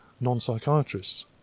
non-psychiatrists